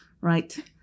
right